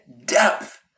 depth